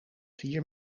vier